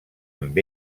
amb